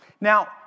Now